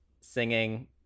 singing